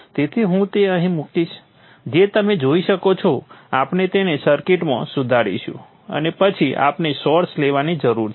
તેથી હું તે અહીં મૂકીશ જે તમે જોઈ શકો છો આપણે તેને સર્કિટમાં સુધારીશું અને પછી આપણે સોર્સ લેવાની જરૂર છે